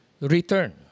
return